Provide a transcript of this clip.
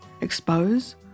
expose